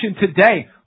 today